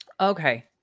Okay